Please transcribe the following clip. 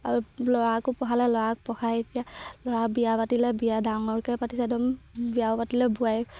আৰু ল'ৰাকো পঢ়ালে ল'ৰাক পঢ়াই এতিয়া ল'ৰাৰ বিয়া পাতিলে বিয়া ডাঙৰকৈ পাতিছে একদম বিয়াও পাতিলে বোৱাৰীয়েক